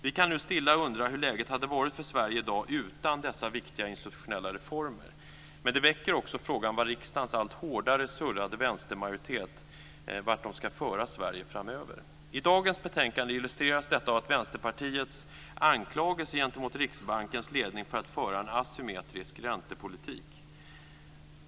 Vi kan nu stilla undra hur läget hade varit för Sverige i dag utan dessa viktiga institutionella reformer. Men det här väcker också frågan vart riksdagens allt hårdare surrade vänstermajoritet ska föra Sverige framöver. I dagens betänkande illustreras detta av Vänsterpartiets anklagelse gentemot Riksbankens ledning för att den för en asymmetrisk räntepolitik.